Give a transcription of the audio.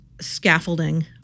scaffolding